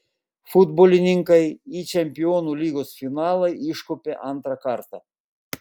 futbolininkai į čempionų lygos finalą iškopė antrą kartą